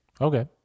Okay